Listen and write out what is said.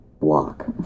block